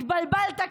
התבלבלת,